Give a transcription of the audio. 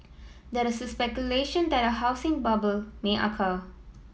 there is speculation that a housing bubble may occur